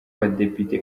badepite